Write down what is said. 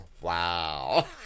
Wow